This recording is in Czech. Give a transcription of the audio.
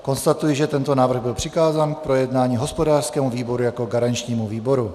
Konstatuji, že tento návrh byl přikázán k projednání hospodářskému výboru jako garančnímu výboru.